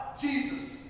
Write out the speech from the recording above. Jesus